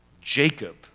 Jacob